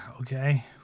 Okay